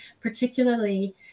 particularly